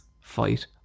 Fight